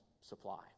supply